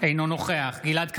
אינו נוכח גלעד קריב,